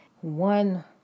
one